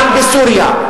גם בסוריה,